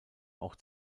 auch